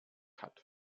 hat